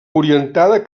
orientada